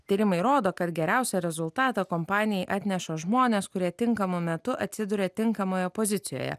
tyrimai rodo kad geriausią rezultatą kompanijai atneša žmonės kurie tinkamu metu atsiduria tinkamoje pozicijoje